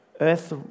earth